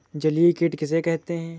जलीय कीट किसे कहते हैं?